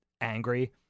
angry